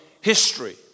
history